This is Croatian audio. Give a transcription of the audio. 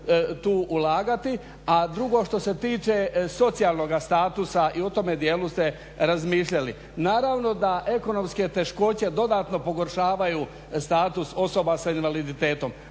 tu ulagati. A drugo, što se tiče socijalnoga statusa i o tome djelu ste razmišljali. Naravno da ekonomske teškoće dodatno pogoršavaju status osoba sa invaliditetom.